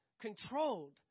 controlled